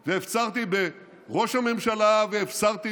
מחלתי על כבודי והפצרתי בראש הממשלה והפצרתי